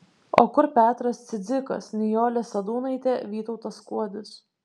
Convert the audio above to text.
o kur petras cidzikas nijolė sadūnaitė vytautas skuodis